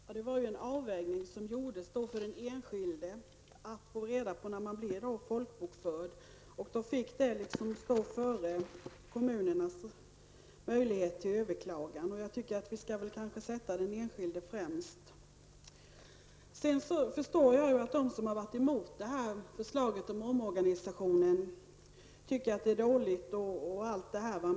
Fru talman! Det var en avvägning som gjordes när den enskilde gavs rätt att få veta när han eller hon blev folkbokförd. Det fick komma före kommunernas möjligheter att överklaga. Jag tycker också att vi skall sätta den enskilde främst. Jag kan förstå att motståndarna till omorganisationsförslaget tycker att det är ett dåligt förslag.